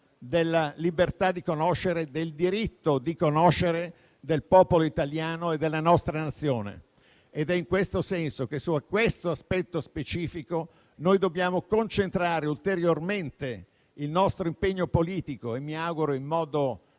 della libertà di conoscere, del diritto di conoscere del popolo italiano e della nostra Nazione. È in tal senso che su questo aspetto specifico noi dobbiamo concentrare ulteriormente il nostro impegno politico - mi auguro in modo